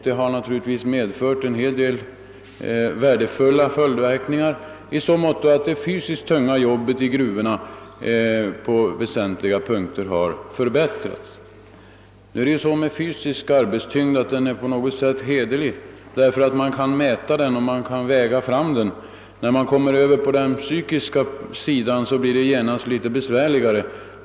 Detta har naturligtvis haft en hel del värdefulla följdverkningar i så måtto att det fysiskt tunga arbetet i gruvorna på väsentliga punkter har lättat. Nu är ju fysisk arbetstyngd på något sätt hederlig i det att man kan mäta och väga den — när man kommer till den psykiska sidan blir det genast besvärligare.